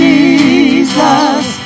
Jesus